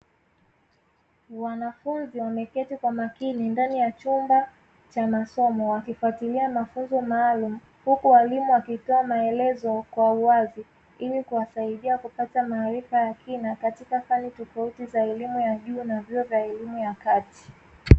Wanafunzi wameketi kwa makini ndani ya chumba cha masomo wakifuatilia mafunzo maalumu, huku walimu wakitoa maelezo kwa uwazi ili kuwasaidia kupata maarifa ya kina katika kazi tofauti za elimu ya juu na vyuo vya elimu ya kati.